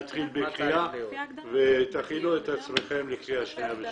נתחיל בקריאה ותכינו את עצמכם לקריאה שנייה ושלישית.